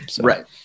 Right